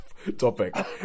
topic